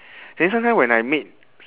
then sometime when I meet